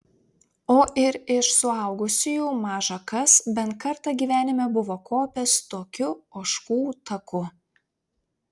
o ir iš suaugusiųjų maža kas bent kartą gyvenime buvo kopęs tokiu ožkų taku